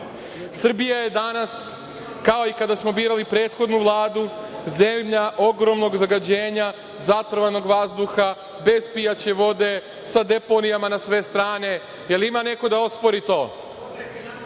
Srbija je danas, kao i kada smo birali prethodnu Vladu, zemlja ogromnog zagađenja, zatrovanog vazduha, bez pijaće vode, sa deponijama na sve strane. Da li ima neko da ospori